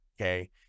Okay